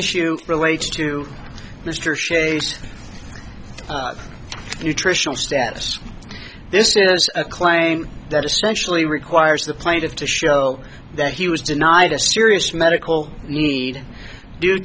issue relates to mr shays nutritional status this is a claim that essentially requires the plaintiff to show that he was denied a serious medical need due